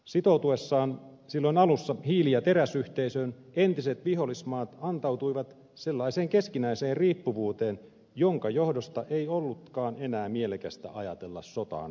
sitoutuessaan silloin alussa hiili ja teräsyhteisöön entiset vihollismaat antautuivat sellaiseen keskinäiseen riippuvuuteen jonka johdosta ei ollutkaan enää mielekästä ajatella sotaan ryhtymistä